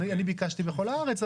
אני ביקשתי בכל הארץ,